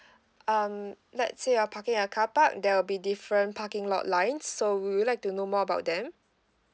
um lets say you are parking at a carpark there will be different parking lot line so would would you like to know more about them